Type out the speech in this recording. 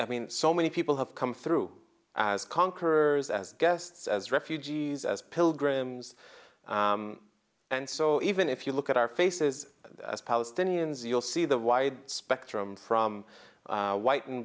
i mean so many people have come through as conquerors as guests as refugees as pilgrims and so even if you look at our faces as palestinians you'll see the wide spectrum from whiten